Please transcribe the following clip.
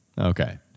Okay